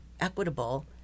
equitable